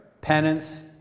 penance